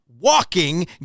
walking